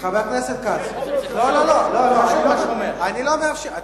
חבר הכנסת כץ, אני לא מאפשר.